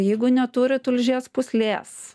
jeigu neturi tulžies pūslės